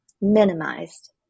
minimized